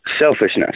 selfishness